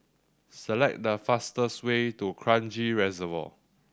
select the fastest way to Kranji Reservoir